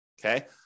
okay